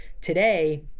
today